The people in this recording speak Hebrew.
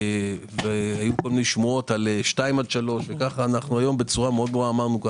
היו שמועות של 2 עד 3. היום אמרו בצורה ברורה: